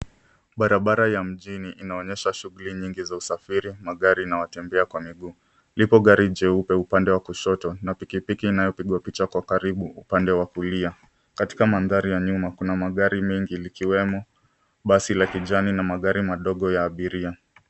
Barabara ya mjini inaonyesha shughuli nyingi za usafiri, magari na watembea kwa miguu. Lipo gari jeupe upande wa kushoto na pikipiki inayopigwa picha kwa karibu upande wa kulia. Katika madhari ya nyuma, kuna magari mengi likiwemo basi la kijani na magari madogo ya abiria.